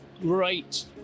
great